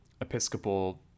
Episcopal